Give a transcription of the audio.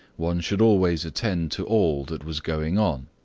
one should always attend to all that was going on,